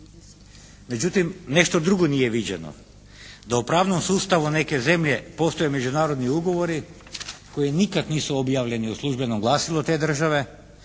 Međutim, nešto drugo nije viđeno da u pravnom sustavu neke zemlje postoje međunarodni ugovori koji nikada nisu objavljeni u službeno glasilo te države,